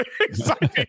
exciting